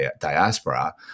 diaspora